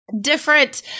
Different